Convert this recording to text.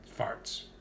farts